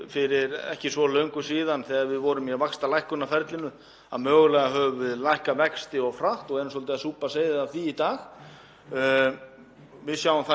Við sjáum það líka að verðbólga víða í Evrópu fer hækkandi og það verður fróðlegt að sjá hvernig viðbrögð Seðlabanka Evrópu verða við þeim verðbólguhækkunum.